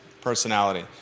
personality